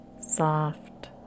soft